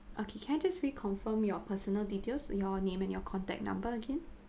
okay can I just reconfirm your personal details your name and your contact number again